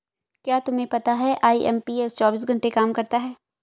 क्या तुम्हें पता है आई.एम.पी.एस चौबीस घंटे काम करता है